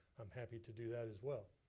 i'm happy to do that as well.